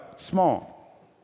Small